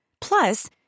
Plus